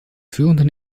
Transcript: führenden